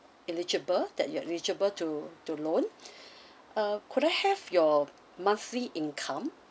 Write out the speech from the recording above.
eligible that you are eligible to to loan uh could I have your monthly income